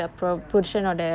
ya